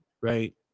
Right